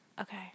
Okay